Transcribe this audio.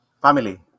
family